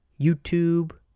YouTube